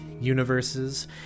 universes